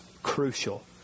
Crucial